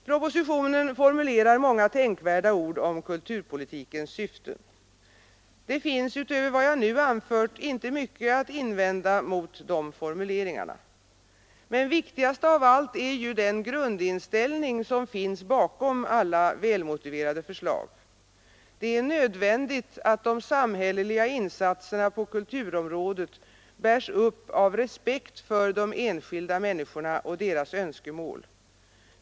Propositionen formulerar många tänkvärda ord om kulturpolitikens Onsdagen den syften. Det finns, utöver vad jag nu anfört, inte mycket att invända mot 22 maj 1974 dessa formuleringar. Men viktigast av allt är den grundinställning som = Den statliga kulturfinns bakom alla välmotiverade förslag. Det är nödvändigt att de politiken, m.m. samhälleliga insatserna på kulturområdet bärs upp av respekt för de enskilda människorna och deras önskemål.